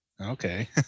okay